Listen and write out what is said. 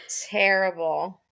Terrible